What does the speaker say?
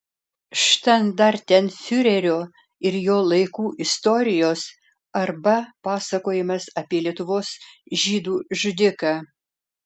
štandartenfiurerio ir jo laikų istorijos arba pasakojimas apie lietuvos žydų žudiką